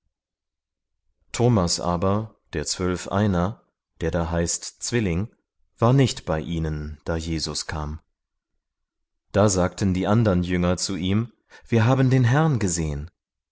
thomas aber der zwölf einer der da heißt zwilling war nicht bei ihnen da jesus kam da sagten die andern jünger zu ihm wir haben den herrn gesehen